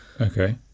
Okay